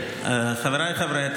חבריי חברי הכנסת,